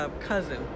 cousin